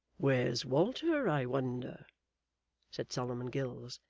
where's walter, i wonder said solomon gills,